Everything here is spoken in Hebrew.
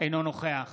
אינו נוכח